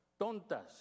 tontas